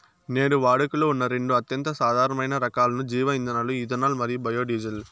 నేడు వాడుకలో ఉన్న రెండు అత్యంత సాధారణ రకాలైన జీవ ఇంధనాలు ఇథనాల్ మరియు బయోడీజిల్